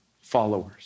followers